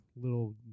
little